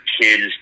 kids